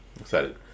Excited